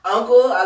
Uncle